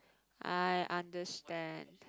I understand